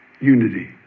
unity